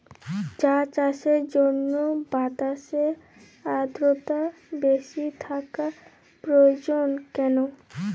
চা চাষের জন্য বাতাসে আর্দ্রতা বেশি থাকা প্রয়োজন কেন?